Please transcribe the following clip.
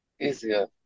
Easier